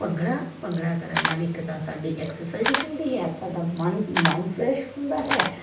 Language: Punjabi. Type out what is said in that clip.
ਭੰਗੜਾ ਭੰਗੜਾ ਕਰਨ ਨਾਲ ਇੱਕ ਤਾਂ ਸਾਡੀ ਐਕਸਰਸਾਈਜ਼ ਹੁੰਦੀ ਹੈ ਸਾਡਾ ਮਨ ਮਨ ਫਰੈੱਸ਼ ਹੁੰਦਾ ਹੈ